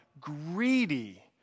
greedy